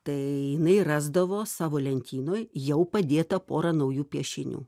tai jinai rasdavo savo lentynoj jau padėtą porą naujų piešinių